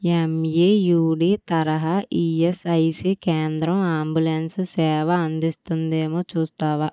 ఎంఈయుడి తరహా ఈఎస్ఐసీ కేంద్రం అంబులెన్స్ సేవ అందిస్తుందేమో చూస్తావా